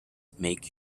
make